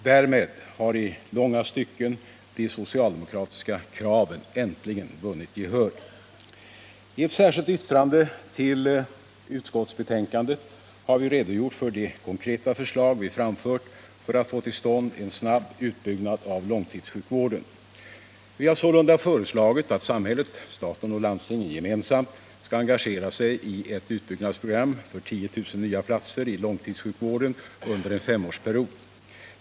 Därmed har i långa stycken de socialdemokratiska kraven äntligen vunnit gehör. I ett särskilt yttrande till utskottsbetänkandet har vi redogjort för de konkreta förslag vi framfört för att få till stånd en snabb utbyggnad av långtidssjukvården. Vi har sålunda föreslagit att samhället — staten och landstingen gemensamt — skall engagera sig i ett utbyggnadsprogram för 10000 nya platser i långtidssjukvården under en femårsperiod.